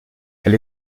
elle